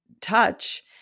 touch